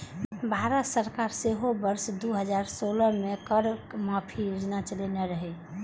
भारत सरकार सेहो वर्ष दू हजार सोलह मे कर माफी योजना चलेने रहै